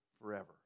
forever